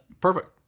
perfect